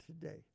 today